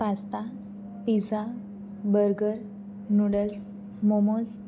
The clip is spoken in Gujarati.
pasta pizza burger noodles momos